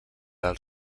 del